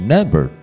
？Number